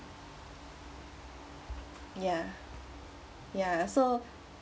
ya ya so